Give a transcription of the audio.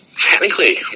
technically